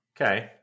Okay